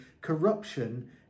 corruption